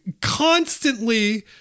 constantly